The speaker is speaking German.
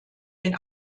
den